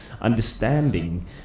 understanding